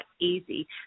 easy